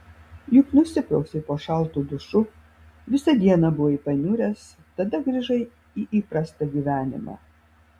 juk nusiprausei po šaltu dušu visą dieną buvai paniuręs tada grįžai į įprastą gyvenimą